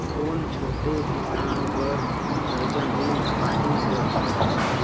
कौन छोटे किसान बर कर्जा मिल पाही ग?